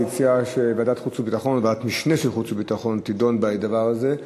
הוא הציע שוועדת משנה של חוץ וביטחון תדון בדבר הזה.